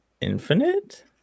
infinite